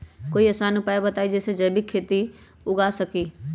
कोई आसान उपाय बताइ जे से जैविक खेती में सब्जी उगा सकीं?